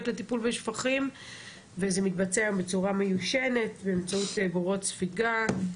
לטיפול בשפכים וזה מתבצע בצורה מיושנת באמצעות בורות ספיגה,